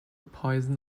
poison